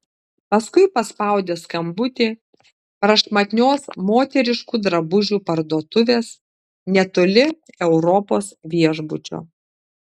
paskui paspaudė skambutį prašmatnios moteriškų drabužių parduotuvės netoli europos viešbučio